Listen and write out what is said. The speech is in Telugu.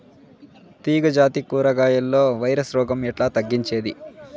తీగ జాతి కూరగాయల్లో వైరస్ రోగం ఎట్లా తగ్గించేది?